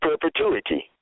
perpetuity